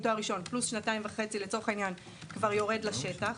תואר ראשון פלוס שנתיים וחצי כבר יורד לשטח.